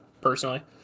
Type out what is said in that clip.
personally